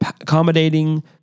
accommodating